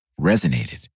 resonated